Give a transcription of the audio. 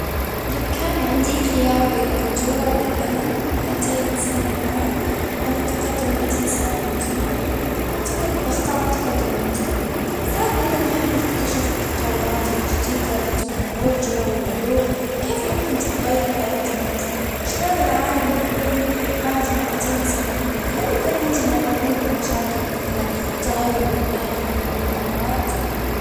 كان عندي خيار بين الرجوع بالزمن مئتين سنة لوراء، و التقدم مئتين سنة في المستقبل، عتقد بختار التقدم للمستقبل، بسبب إني أنا أحب أكتشف في التطورات الجديدة في التكنولوجيا والعلوم، وكيف ممكن تتغير حياة الناس؟ شلون العالم بيكون بعد مئتين سنة ؟هل يكون عندنا حلول لمشاكل مثل التغير المناخي أو الأمراض؟